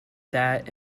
that